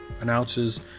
announces